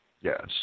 Yes